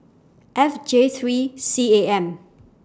F J three C A M